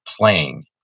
playing